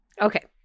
okay